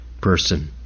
person